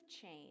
change